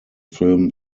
film